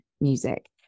music